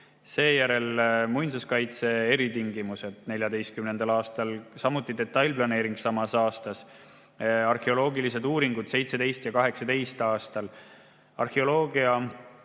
seejärel muinsuskaitse eritingimused 2014. aastal, samuti detailplaneering samal aastal, arheoloogilised uuringud 2017. ja 2018. aastal,